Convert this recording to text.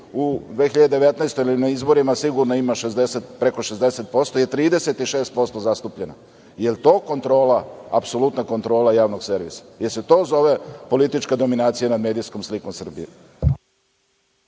u 2019. godini ili na izborima sigurno ima preko 60% je 36% zastupljena. Da li je to kontrola, apsolutna kontrola Javnog servisa? Da li se to zove politička dominacija nad medijskom slikom Srbije?